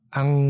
ang